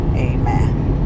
Amen